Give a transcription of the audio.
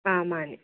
ꯑꯥ ꯃꯥꯅꯦ